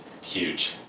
huge